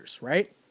right